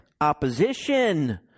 opposition